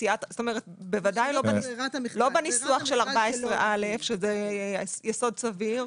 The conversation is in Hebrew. לא בניסוח של 14א שזה יסוד סביר.